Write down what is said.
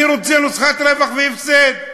אני רוצה נוסחת רווח והפסד.